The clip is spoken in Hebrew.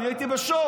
אני הייתי בשוק.